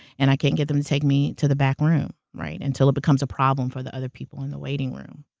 and i can't get them to take me to the back room, right, until it becomes a problem for the other people in the waiting room,